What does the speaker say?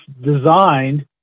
designed